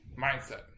mindset